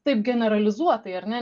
taip generalizuotai ar ne